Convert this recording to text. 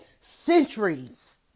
centuries